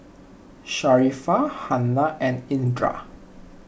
Sharifah Hana and Indra